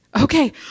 Okay